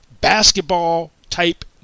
basketball-type